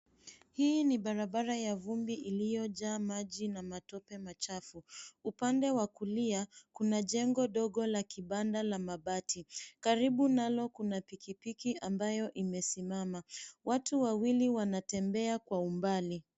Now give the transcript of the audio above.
Hii ni barabara ya vumbi iliyojaa maji na matope machafu. Upande wa kulia, kuna jengo ndogo la kibanda la mabati. Karibu nalo kuna pikipiki ambayo imesimama. Watu wawili wanatembea kwa umbali.